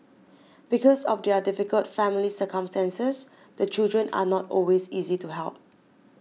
because of their difficult family circumstances the children are not always easy to help